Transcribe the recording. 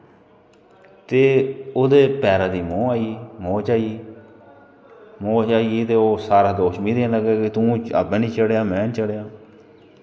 ते ओह्दे पैरा दी ओह् आई गेई मोच आई गेई मोच आई गेई ते ओह् सारा दोश मिगी देन लगा कि तूं आपें नी चढ़ेआ में चढ़ेआ